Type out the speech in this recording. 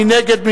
מי נגד?